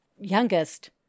youngest